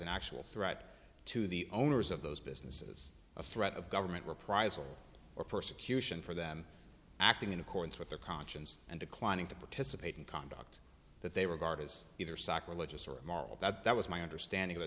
an actual threat to the owners of those businesses a threat of government reprisal or persecution for them acting in accordance with their conscience and declining to participate in conduct that they regard as either sacrilegious or immoral that that was my understanding of t